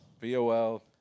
VOL